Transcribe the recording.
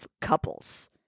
couples